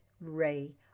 ray